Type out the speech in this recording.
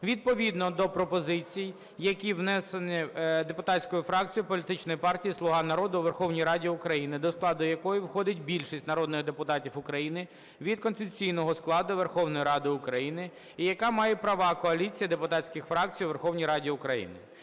відповідно до пропозицій, які внесені депутатською фракцією політичної партії "Слуга народу" у Верховній Раді України, до складу якої входить більшість народних депутатів України від конституційного складу Верховної Ради України і яка має права коаліції депутатських фракцій у Верховній Раді України